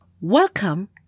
Welcome